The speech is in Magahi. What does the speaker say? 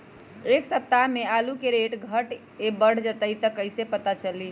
एक सप्ताह मे आलू के रेट घट ये बढ़ जतई त कईसे पता चली?